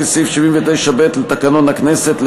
לפי סעיף 79(ב) לתקנון הכנסת,